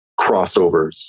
crossovers